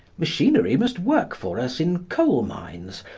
machinery must work for us in coal mines,